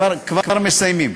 כבר מסיימים.